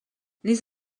les